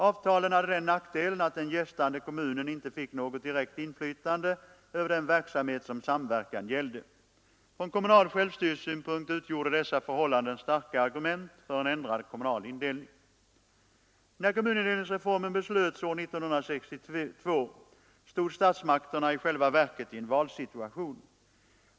Avtalen hade den nackdelen att den ”gästande” kommunen inte fick något direkt inflytande över den verksamhet som samverkan gällde. Från kommunal självstyrelsesynpunkt utgjorde dessa förhållanden starka argument för en ändrad kommunal indelning. När kommunindelningsreformen beslöts år 1962 stod statsmakterna i själva verket i en valsituation.